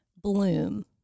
Bloom